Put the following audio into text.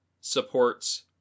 supports